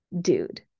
dude